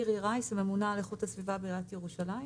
הממונה על איכות הסביבה בעיריית ירושלים.